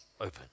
open